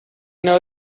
know